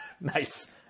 Nice